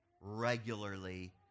regularly